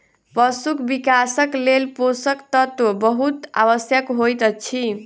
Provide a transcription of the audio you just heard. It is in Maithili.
पशुक विकासक लेल पोषक तत्व बहुत आवश्यक होइत अछि